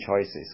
choices